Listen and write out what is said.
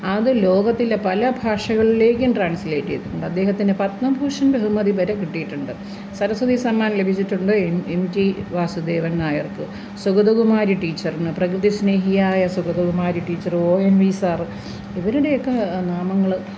അത് ലോകത്തിലെ പല ഭാഷകളിലേക്കും ട്രാൻസ്ലേറ്റേയ്തിട്ടുണ്ട് അദ്ദേഹത്തിന് പത്മഭൂഷൺ ബഹുമതിവരെ കിട്ടിയിട്ടുണ്ട് സരസ്വതി സമ്മാൻ ലഭിച്ചിട്ടുണ്ട് എം ടി വാസുദേവൻ നായർക്ക് സുഗതകുമാരി ടീച്ചറിന് പ്രകൃതിസ്നേഹിയായ Sugathakumari teacher N V sir ഇവരുടെയൊക്കെ നാമങ്ങള്